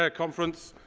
ah conference.